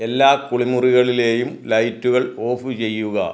എല്ലാ കുളിമുറികളിലെയും ലൈറ്റുകൾ ഓഫ് ചെയ്യുക